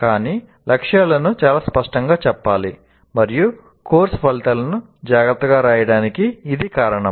కానీ లక్ష్యాలను చాలా స్పష్టంగా చెప్పాలి మరియు కోర్సు ఫలితాలను జాగ్రత్తగా వ్రాయడానికి ఇది కారణం